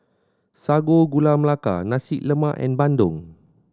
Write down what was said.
Sago Gula Melaka Nasi Lemak and bandung